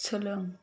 सोलों